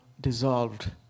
dissolved